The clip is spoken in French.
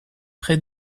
près